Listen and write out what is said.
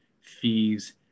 fees